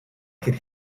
could